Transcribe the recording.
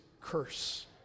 curse